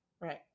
Right